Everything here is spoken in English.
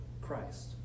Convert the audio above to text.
Christ